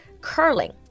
Curling